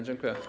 Dziękuję.